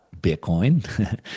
Bitcoin